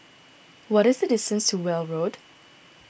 what is the distance to Weld Road